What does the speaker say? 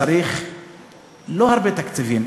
צריך לא הרבה תקציבים,